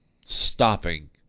stopping